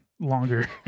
Longer